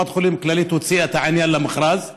קופת חולים כללית הוציאה את העניין למכרז.